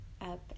up